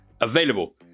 available